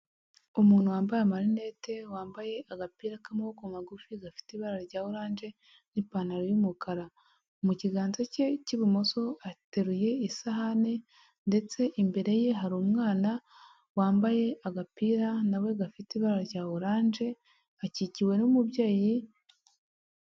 Umuntu wambaye amarinete wambaye agapira k'amaboko magufi gafite ibara rya oranje n'ipantaro y'umukara, mu kiganza cye cy'ibumoso ateruye isahani ndetse imbere ye hari umwana wambaye agapira nawe gafite ibara rya oranje akikiwe n'umubyeyi.